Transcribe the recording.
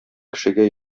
кешегә